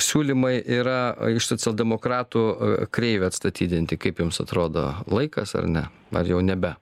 siūlymai yra iš socialdemokratų kreivį atstatydinti kaip jums atrodo laikas ar ne ar jau nebe